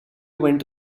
went